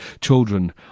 children